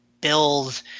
build